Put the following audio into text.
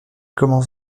commence